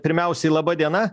pirmiausiai laba diena